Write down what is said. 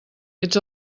ets